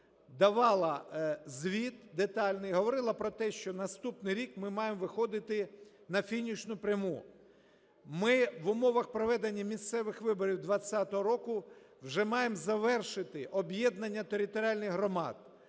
давала звіт детальний, говорила про те, що наступний рік ми маємо виходити на фінішну пряму. Ми в умовах проведення місцевих виборів 20-го року вже маємо завершити об'єднання територіальних громад,